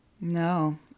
No